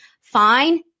fine